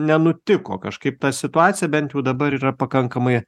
nenutiko kažkaip ta situacija bent jau dabar yra pakankamai